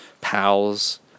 pals